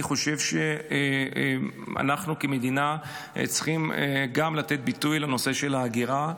אני חושב שאנחנו כמדינה צריכים לתת ביטוי גם לנושא של ההגירה,